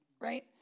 right